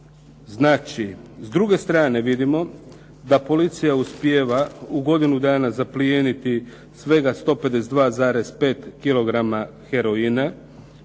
Znači, s druge strane vidimo da policija uspijeva u godinu dana zaplijeniti svega 152,5 kg heroina.